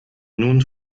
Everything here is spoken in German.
nun